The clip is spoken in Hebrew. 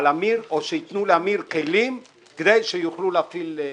אמיר או שייתנו לאמיר כלים כדי שיוכלו להפעיל.